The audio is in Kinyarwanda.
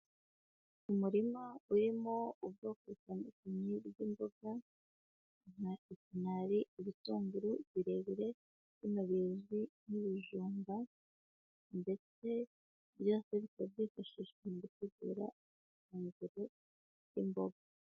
Umurima urimo ubwoko butandukanye bw'imboga nka epinari, ibitunguru birebire bino bizwi nk'ibijumba, ndetse byose bikaba byifashishwa mu gutegura ifunguro ry'imboga.